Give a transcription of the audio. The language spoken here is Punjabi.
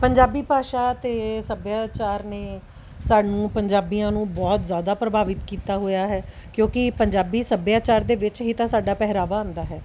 ਪੰਜਾਬੀ ਭਾਸ਼ਾ ਅਤੇ ਸੱਭਿਆਚਾਰ ਨੇ ਸਾਨੂੰ ਪੰਜਾਬੀਆਂ ਨੂੰ ਬਹੁਤ ਜ਼ਿਆਦਾ ਪ੍ਰਭਾਵਿਤ ਕੀਤਾ ਹੋਇਆ ਹੈ ਕਿਉਂਕਿ ਪੰਜਾਬੀ ਸੱਭਿਆਚਾਰ ਦੇ ਵਿੱਚ ਇਹ ਤਾਂ ਸਾਡਾ ਪਹਿਰਾਵਾ ਆਉਂਦਾ ਹੈ